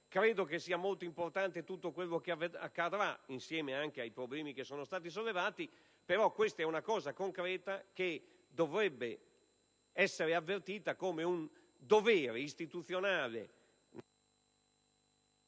Credo che sia molto importante tutto quello che accadrà (insieme ai problemi che sono stati sollevati), ma questa è una questione concreta che dovrebbe essere avvertita come un dovere istituzionale